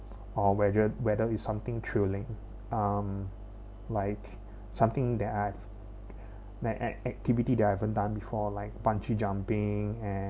or whether whether is something thrilling um like something that I've an activity that I haven't done before like bungee jumping and